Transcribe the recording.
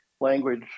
language